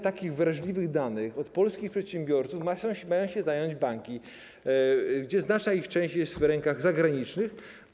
takich wrażliwych danych od polskich przedsiębiorców mają się zająć banki, przy czym znaczna ich część jest w rękach zagranicznych.